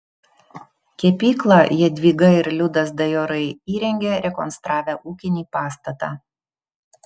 kepyklą jadvyga ir liudas dajorai įrengė rekonstravę ūkinį pastatą